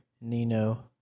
Nino